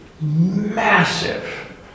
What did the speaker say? massive